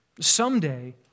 Someday